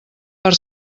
per